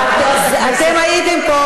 האם את מתנגדת לכך,